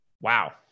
Wow